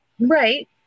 right